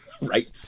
Right